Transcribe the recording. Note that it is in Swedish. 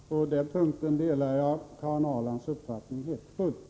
Fru talman! På den punkten delar jag Karin Ahrlands uppfattning helt och fullt.